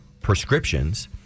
prescriptions